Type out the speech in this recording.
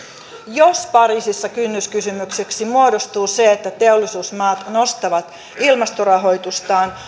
jos pariisissa kynnyskysymykseksi muodostuu se että teollisuusmaat nostavat ilmastorahoitustaan